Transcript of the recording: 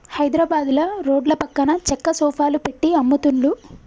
హైద్రాబాదుల రోడ్ల పక్కన చెక్క సోఫాలు పెట్టి అమ్ముతున్లు